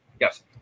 Yes